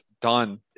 done